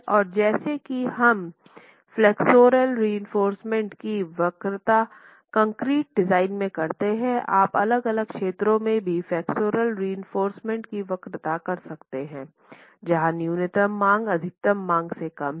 और जैसा कि हम फ्लेक्सोरल रएंफोर्रसमेंट की वक्रता कंक्रीट डिज़ाइन में करते हैं आप अलग अलग क्षेत्रों में भी फ्लेक्सुरल रिइंफोर्समेन्ट की वक्रता कर सकते हैं जहां न्यूनतम मांग अधिकतम मांग से कम है